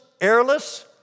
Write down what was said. airless